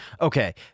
Okay